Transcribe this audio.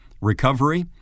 recovery